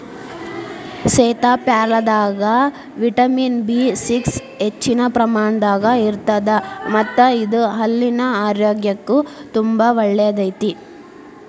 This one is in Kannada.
ಸೇತಾಪ್ಯಾರಲದಾಗ ವಿಟಮಿನ್ ಬಿ ಸಿಕ್ಸ್ ಹೆಚ್ಚಿನ ಪ್ರಮಾಣದಾಗ ಇರತ್ತದ ಮತ್ತ ಇದು ಹಲ್ಲಿನ ಆರೋಗ್ಯಕ್ಕು ತುಂಬಾ ಒಳ್ಳೆಯದೈತಿ